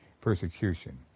persecution